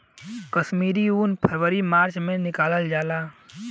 कश्मीरी उन फरवरी मार्च में निकालल जाला